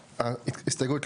שיידרשו?